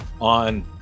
on